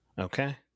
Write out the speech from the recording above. Okay